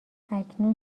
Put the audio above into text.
اکنون